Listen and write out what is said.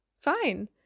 fine